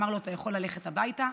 אמר לו: אתה יכול ללכת הביתה,